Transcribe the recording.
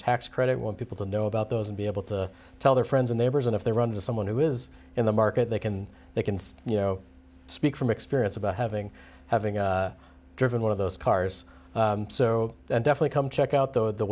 tax credit want people to know about those and be able to tell their friends and neighbors and if they run into someone who is in the market they can they can you know speak from experience about having having driven one of those cars so definitely come check out th